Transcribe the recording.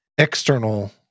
external